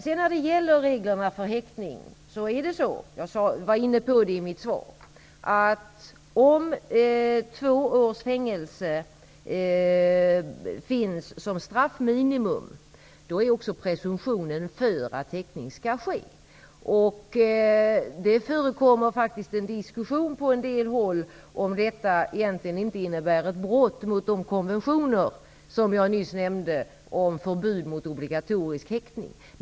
Jag var inne på reglerna för häktning i mitt svar. Om två års fängelse är minimistraff föreligger presumtion för att häktning skall ske. Det förekommer på en del håll en diskussion om ifall detta egentligen inte innebär ett brott mot de konventioner jag nyss nämnde, om förbud mot obligatorisk häktning.